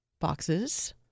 boxes